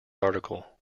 article